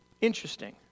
Interesting